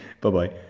Bye-bye